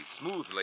smoothly